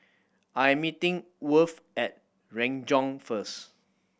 I am meeting Worth at Renjong first